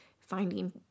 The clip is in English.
finding